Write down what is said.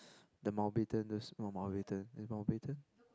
the Mountbatten the small Mountbatten in Mountbatten